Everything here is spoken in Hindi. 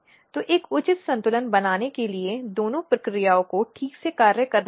तो एक उचित संतुलन बनाने के लिए दोनों प्रक्रिया को ठीक से कार्य करना होगा